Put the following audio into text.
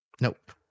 Nope